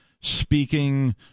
speaking